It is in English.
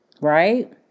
Right